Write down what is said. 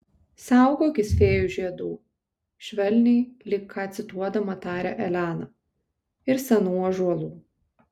saugokis fėjų žiedų švelniai lyg ką cituodama tarė elena ir senų ąžuolų